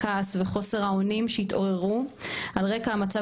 הכעס וחוסר האונים שהתעוררו על רקע המצב